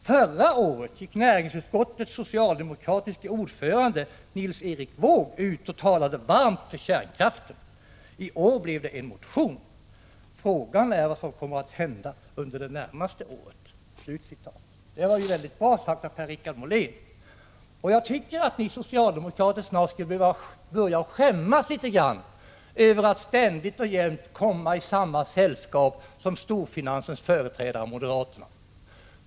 Förra året gick näringsutskottets socialdemokratiske ordförande Nils Erik Wååg ut och talade varmt för kärnkraften. I år blev det en motion. Frågan är vad som kommer att hända under det närmaste året.” Det var mycket bra sagt av Per-Richard Molén, och jag tycker att ni socialdemokrater snart skall börja skämmas litet grand över att ständigt och jämt komma i samma sällskap som storfinansens företrädare moderaterna.